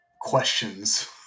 questions